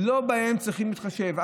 לא בהן צריכים להתחשב,